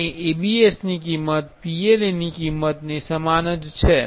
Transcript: અને ABS ની કિંમત PLA ની કિંમત ને સમાન છે